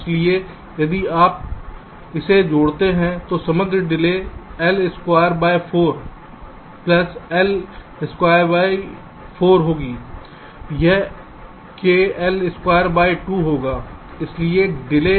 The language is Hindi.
इसलिए यदि आप इसे जोड़ते हैं तो समग्र delay L square by 4 plus L square by four होगी यह k L स्क्वायर बाय 2 होगा